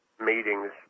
meetings